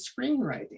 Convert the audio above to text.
screenwriting